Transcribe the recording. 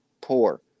poor